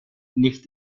nicht